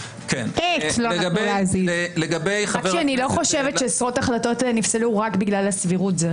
אני לא חושבת שעשרות החלטות נפסלו רק בגלל הסבירות.